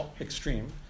extreme